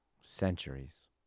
Centuries